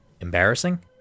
embarrassing